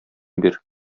бир